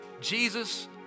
Jesus